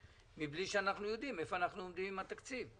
מבלי שאנחנו יודעים איפה אנחנו עומדים עם התקציב.